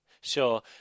Sure